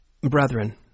brethren